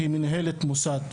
היא מנהלת מוסד.